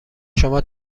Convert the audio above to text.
شما